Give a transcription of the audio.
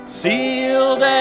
sealed